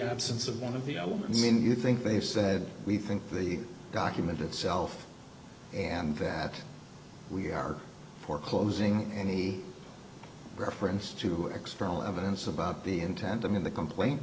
absence of one of the elements when you think they said we think the document itself and that we are foreclosing any reference to external evidence about the intent in the complaint